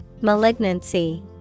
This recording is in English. Malignancy